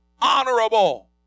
honorable